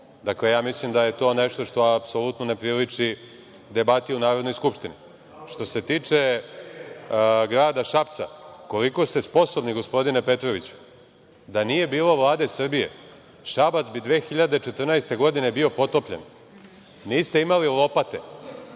Dakle, mislim da je to nešto što apsolutno ne priliči debati u Narodnoj skupštini. Što se tiče Grada Šapca, koliko ste sposobni gospodine Petroviću, da nije bilo Vlade Srbije, Šabac bi 2014. godine bio potopljen. Niste imali lopate.